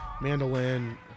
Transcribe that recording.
mandolin